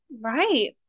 Right